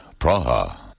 Praha